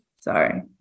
sorry